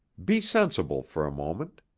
be sensible for a moment.